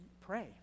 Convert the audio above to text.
pray